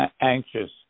anxious